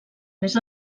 més